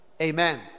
Amen